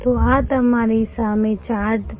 તો આ તમારી સામે ચાર્ટ છે